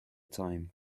time